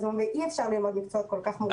אי אפשר ללמוד ככה מקצועות כל כך מורכבים.